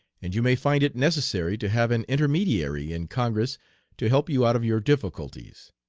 and you may find it necessary to have an intermediary in congress to help you out of your difficulties.